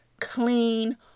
clean